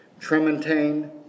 Tremontaine